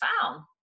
found